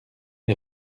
est